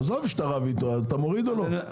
עזוב שאתה רב איתו, אתה מוריד או לא?